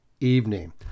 evening